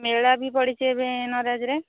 ମେଳା ବି ପଡ଼ିଛି ଏବେ ନରାଜରେ